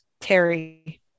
terry